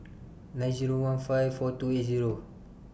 nine Zero one five four two eight Zero